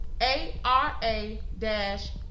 A-R-A-dash